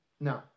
No